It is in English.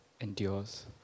endures